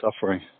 suffering